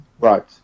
Right